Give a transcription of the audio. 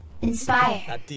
Inspire